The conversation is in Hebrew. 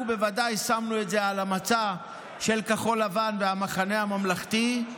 אנחנו בוודאי שמנו את זה על המצע של כחול לבן והמחנה הממלכתי.